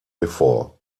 before